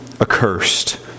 accursed